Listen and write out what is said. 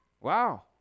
Wow